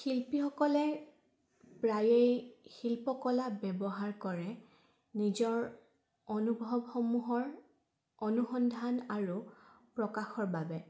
শিল্পীসকলে প্ৰায়েই শিল্পকলা ব্যৱহাৰ কৰে নিজৰ অনুভৱসমূহৰ অনুসন্ধান আৰু প্ৰকাশৰ বাবে